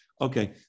Okay